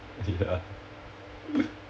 uh ya